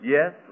Yes